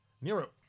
Nero